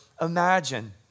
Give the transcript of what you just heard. imagine